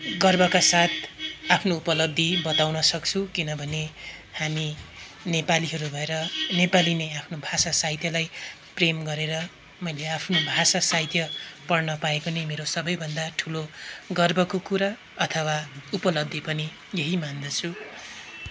गर्वका साथ आफ्नो उपलब्धि बताउनसक्छु किनभने हामी नेपालीहरू भएर नेपालीले नै आफ्नो भाषा साहित्यलाई प्रेम गरेर मैले आफ्नो भाषा साहित्य पढ्न पाएको नै मेरो सबैभन्दा ठुलो गर्वको कुरो अथवा उपलब्धि पनि यही मान्दछु